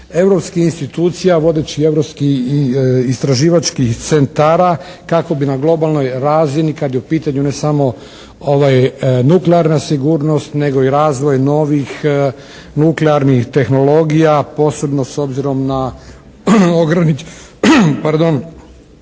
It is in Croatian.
europskih institucija, vodećih europskih istraživačkih centara kako bi na globalnoj razini kada je u pitanju ne samo nuklearna sigurnost nego i razvoj novih nuklearnih tehnologija posebno s obzirom na ograničenja